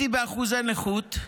הוא אומר: זכיתי באחוזי נכות,